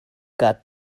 got